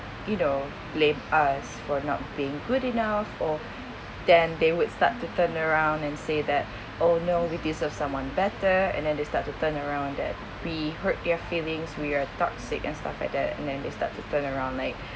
you know blame us for not being good enough or then they would start to turn around and say that oh no we deserved someone better and then they start to turn around that we hurt their feelings we are toxic and stuff like that and then they start to turn around like